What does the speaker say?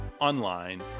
online